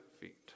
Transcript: feet